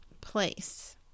place